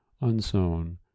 unsown